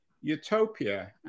utopia